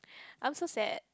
I'm so sad